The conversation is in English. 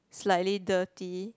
slightly dirty